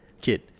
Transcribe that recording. kid